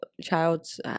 childs